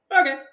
okay